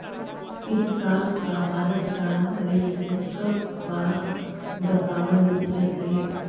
इस साल का भारत का रेल बजट कब बतावाल जतई